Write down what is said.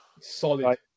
Solid